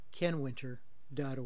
kenwinter.org